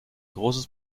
großes